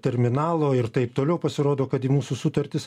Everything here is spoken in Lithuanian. terminalo ir taip toliau pasirodo kad į mūsų sutartis